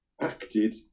acted